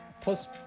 Plus